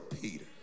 Peter